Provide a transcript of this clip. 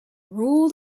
rule